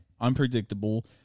unpredictable